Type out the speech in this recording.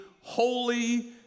holy